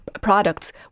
products